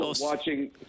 Watching